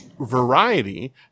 variety